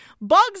Bugs